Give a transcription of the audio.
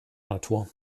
natur